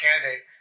candidate